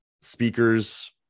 speakers